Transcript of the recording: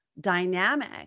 dynamic